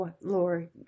Lord